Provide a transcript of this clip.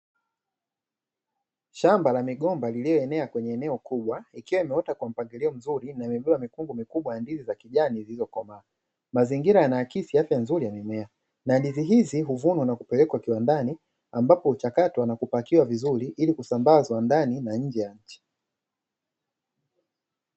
Shamba la migomba lililoenea kwenye eneo kubwa ikiwa imeiota kwa mpangilio mzuri na imebeba mikungu mikubwa ya ndizi za kijani zilizo koma, mazingira yanaakisi afya nzuri ya mimea. Ndizi hizi huvunwa na kupelekwa kiwandani ambapo huchakatwa na kupakiwa vizuri ili kusambazwa ndani na nje ya nchi.